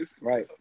right